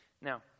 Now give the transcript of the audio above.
Now